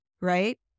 right